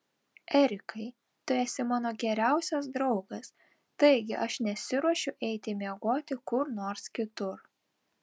erikai tu esi mano geriausias draugas taigi aš nesiruošiu eiti miegoti kur nors kitur